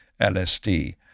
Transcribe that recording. LSD